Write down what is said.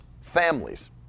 families